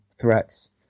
threats